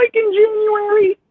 like in january?